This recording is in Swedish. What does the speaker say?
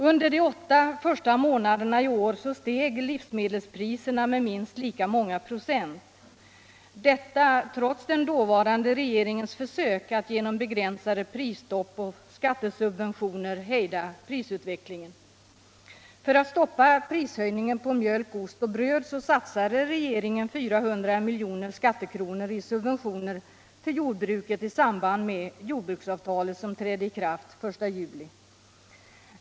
Under de åtta första månaderna i år steg livsmedelspriserna med minst lika många procent — detta trots den dåvarande regeringens försök att genom begränsade prisstopp och skattesubventioner hejda prisutvecklingen. För att stoppa prishöjningen på mjölk, ost och bröd satsade regeringen 400 miljoner skattekronor i subventioner till jordbruket i samband med jordbruksavtalet, som trädde i kraft den I juli.